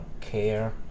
care